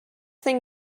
thing